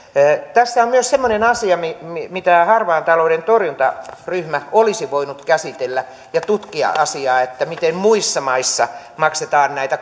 tässä on myös semmoinen asia että harmaan talouden torjuntaryhmä olisi voinut käsitellä ja tutkia asiaa miten muissa maissa maksetaan näitä